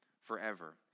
forever